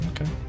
Okay